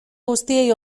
guztiei